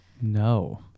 No